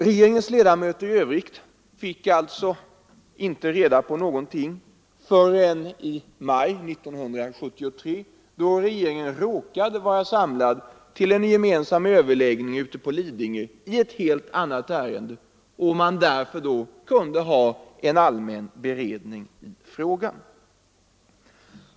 Regeringens ledamöter i övrigt fick inte reda på någonting förrän i maj 1973, då regeringen råkade vara samlad till en gemensam överläggning ute på Lidingö i ett helt annat ärende och man därför kunde ha en allmän beredning i frågan.